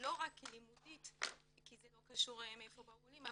לא רק לימודית כי זה לא קשור מאיפה באו העולים,